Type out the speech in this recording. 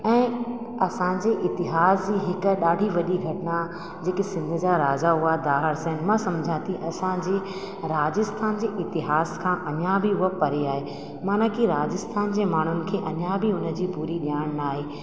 ऐं असांजे इतिहास जी हिकु ॾाढी वॾी घटना जेके सिंध जा राजा हुआ दाहिर सेन मां सम्झा थी असांजी राजस्थान जी इतिहास खां अञा बि उहे परे आहे माना की राजस्थान जे माण्हुनि खे अञा बि उन जी पूरी ॼाण न आहे